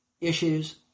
issues